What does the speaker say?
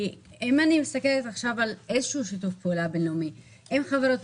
אם אני מסתכלת עכשיו על איזשהו שיתוף פעולה בין-לאומי עם חברות,